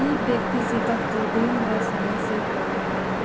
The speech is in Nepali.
यी व्यक्तिसितको दिन र समय सेट गर्नु